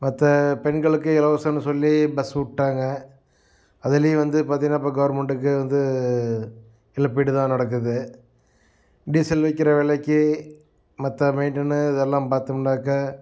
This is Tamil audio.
மற்ற பெண்களுக்கு இலவசம்னு சொல்லி பஸ் விட்டாங்க அதுலேயும் வந்து பார்த்தீங்கனா இப்போ கவர்மெண்ட்டுக்கு வந்து இழப்பீடுதான் நடக்குது டீசல் விற்கிற விலைக்கி மற்ற மெயிண்டனு இதெல்லாம் பார்த்தோம்னாக்கா